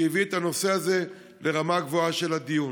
שהביא את הנושא הזה לרמה גבוהה של דיון.